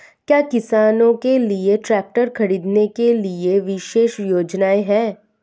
क्या किसानों के लिए ट्रैक्टर खरीदने के लिए विशेष योजनाएं हैं?